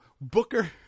Booker